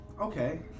Okay